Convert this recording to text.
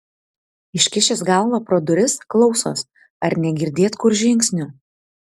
iškišęs galvą pro duris klausos ar negirdėt kur žingsnių